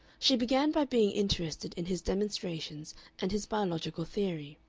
she began by being interested in his demonstrations and his biological theory,